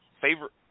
favorite